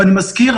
ואני מזכיר,